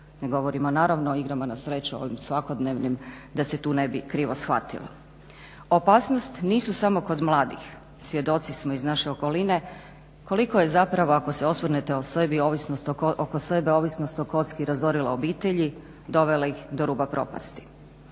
Ne govorimo naravno o igrama na sreću ovim svakodnevnim, da se tu ne bi krivo shvatilo. Opasnosti nisu samo kod mladih, svjedoci smo iz naše okoline koliko je zapravo ako se osvrnete oko sebe ovisnost o kocki razorila obitelji, dovela ih do ruba propasti.